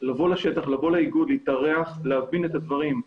לבוא לשטח, לבוא לאיגוד, להתארח, להבין את הדברים.